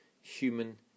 human